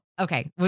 okay